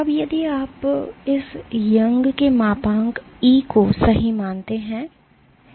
अब यदि आप इस यंग के मापांक E को सही मानते हैं